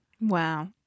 Wow